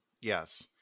Yes